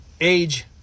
age